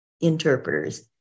interpreters